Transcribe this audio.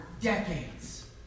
decades